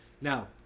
Now